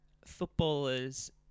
footballers